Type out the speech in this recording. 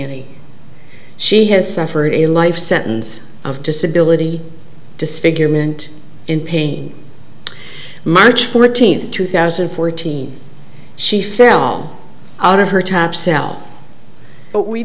any she has suffered a life sentence of disability disfigurement in pain march fourteenth two thousand and fourteen she fell out of her tap cell but we